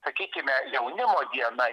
sakykime jaunimo diena